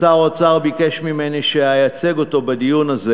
שר האוצר ביקש ממני שאייצג אותו בדיון הזה